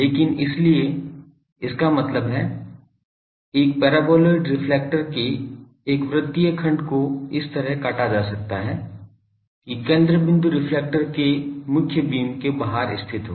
लेकिन इसलिए इसका मतलब है एक पैराबोलॉइड रिफ्लेक्टर के एक वृत्तीय खंड को इस तरह काटा जा सकता है कि केंद्र बिंदु रिफ्लेक्टर के मुख्य बीम के बाहर स्थित हो